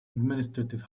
administrative